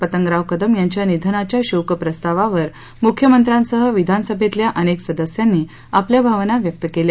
पतंगराव कदम यांच्या निधनाच्या शोकप्रस्तावावर मृख्यमंत्र्यांसह विधानसभेतल्या अनेक सदस्यांनी आपल्या भावना व्यक्त केल्या